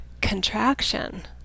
contraction